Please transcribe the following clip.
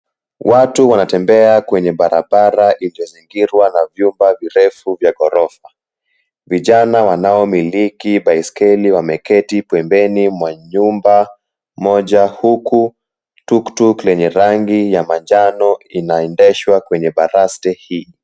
Watu wanatembea kwenye barabara iliyozingirwa na vyumba virefu vya ghorofa. Vijana wanaomiliki baiskeli wameketi pembeni mwa nyumba moja huku tuktuk lenye rangi ya manjano inaendeshwa kwenye baraste hii.